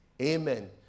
Amen